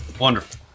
Wonderful